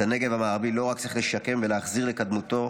את הנגב המערבי לא רק צריך לשקם ולהחזיר לקדמותו,